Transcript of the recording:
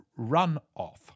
runoff